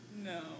No